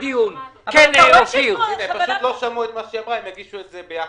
תודה רבה, הישיבה נעולה.